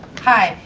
hi,